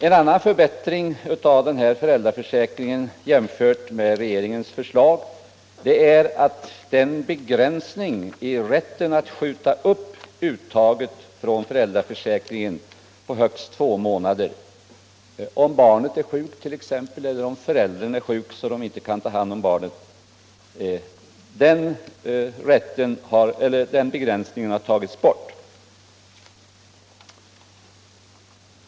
En annan förbättring jämfört med regeringens förslag är att begränsningen på högst två månader i rätten att skjuta upp uttaget från föräldraförsäkringen, om barnet är sjukt t.ex. eller om föräldern är sjuk och därför inte kan ta hand om barnet, har tagits bort.